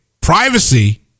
privacy